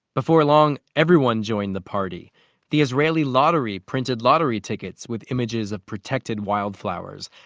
before long, everyone joined the party the israeli lottery printed lottery tickets with images of protected wildflowers.